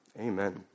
amen